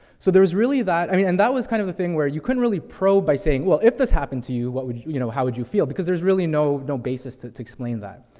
so there is really that i mean, and that was kind of the thing where you couldn't really probe by saying well, if this happened to you, what wou you know, how would you feel? because there's really no, no basis to, to explain that.